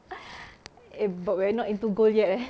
eh but we're not into gold yet eh